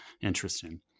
interesting